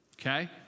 okay